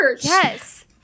Yes